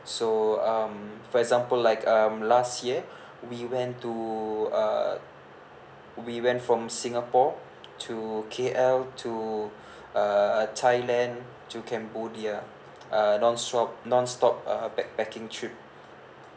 so um for example like um last year we went to uh we went from singapore to K_L to uh thailand to cambodia uh non stop non stop uh backpacking trip